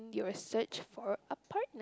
your search for a partner